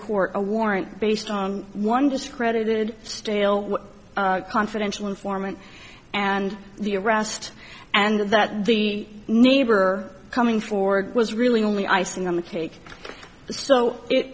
court a warrant based on one discredited stale confidential informant and the arrest and that the neighbor coming forward was really only icing on the cake so i